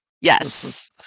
Yes